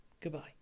goodbye